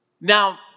now